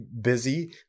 busy